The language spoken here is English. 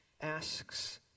asks